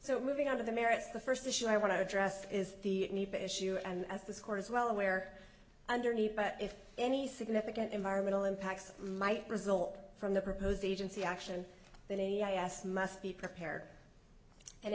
so moving out of the merits the first issue i want to address is the issue and as this court is well aware underneath but if any significant environmental impacts might result from the proposed agency action then yes must be prepared and